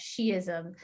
Shiism